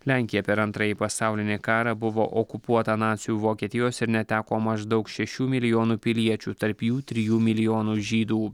lenkija per antrąjį pasaulinį karą buvo okupuota nacių vokietijos ir neteko maždaug šešių milijonų piliečių tarp jų trijų milijonų žydų